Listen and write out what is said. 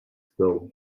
snow